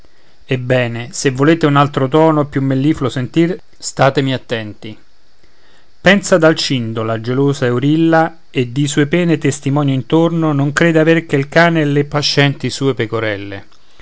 ebbene se volete un altro tono più mellifluo sentir statemi attenti pensa ad alcindo la gelosa eurilla e di sue pene testimonio intorno non crede aver che il cane e le pascenti sue pecorelle